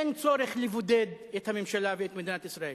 אין צורך לבודד את הממשלה ואת מדינת ישראל.